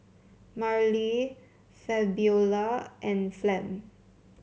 Marley Fabiola and Flem